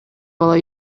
бала